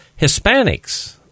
Hispanics